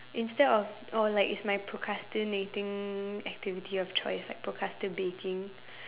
instead of or like it's like my procrastinating activity of choice like procrasti~ baking